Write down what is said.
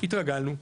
התרגלנו.